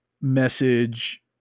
message